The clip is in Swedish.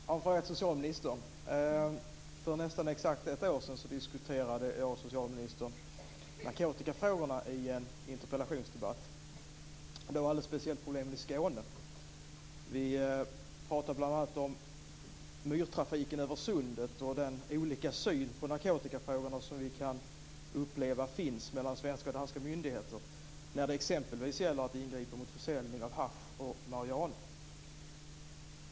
Fru talman! Jag har en fråga till socialministern. För nästan exakt ett år sedan diskuterade jag och socialministern narkotikafrågorna i en interpellationsdebatt, då alldeles speciellt problemen i Skåne. Vi talade bl.a. om myrtrafiken över Sundet och den olika syn på narkotikafrågorna som vi kan uppleva finns mellan svenska och danska myndigheter när det exempelvis gäller att ingripa mot försäljning av hasch och marijuana.